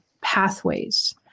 pathways